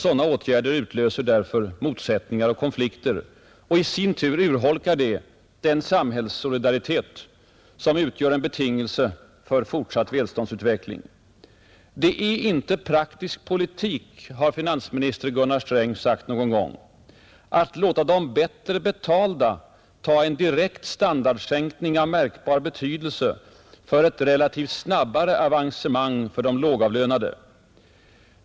Sådana åtgärder utlöser motsättningar och konflikter, som i sin tur urholkar den samhällssolidaritet som utgör en betingelse för fortsatt välståndsutveckling. Det är inte ”praktisk politik” — har finansminister Gunnar Sträng någon gång sagt — att ”låta de bättre betalda ta en direkt standardsänkning av märkbar betydelse för ett relativt snabbare avancemang för de lågavlönade”.